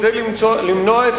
כדי למנוע,